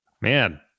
Man